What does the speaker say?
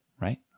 right